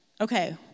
okay